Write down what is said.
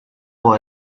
può